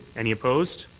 any opposed?